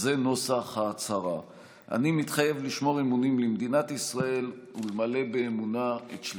אני מזמין את חבר הכנסת אילן גילאון להישבע אמונים.